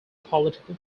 political